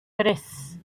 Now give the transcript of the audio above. tres